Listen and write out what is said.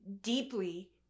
deeply